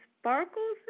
sparkles